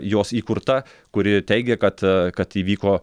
jos įkurta kuri teigia kad kad įvyko